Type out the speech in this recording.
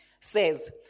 says